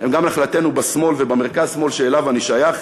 הם גם נחלתנו בשמאל ובמרכז-שמאל שאליו אני שייך.